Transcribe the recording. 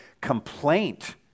complaint